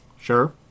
Sure